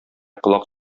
колак